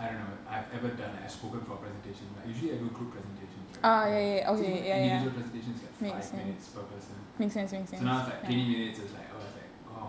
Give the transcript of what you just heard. I don't know I've ever done like I spoken for a presentation like usually I do group presentations right ya so even like individual presentation is like five minutes per person so now it's like twenty minutes is like oh it's